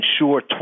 ensure